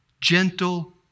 gentle